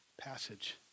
passage